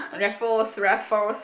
Raffles Raffles